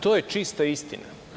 To je čista istina.